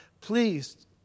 Please